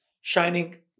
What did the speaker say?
shining